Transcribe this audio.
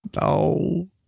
No